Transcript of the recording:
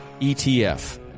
ETF